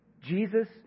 Jesus